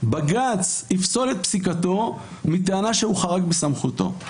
בג"ץ יפסול את פסיקתו מטענה שהוא חרג מסמכותו.